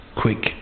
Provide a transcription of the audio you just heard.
quick